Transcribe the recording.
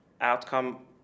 outcome